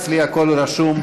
אצלי הכול רשום,